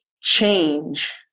change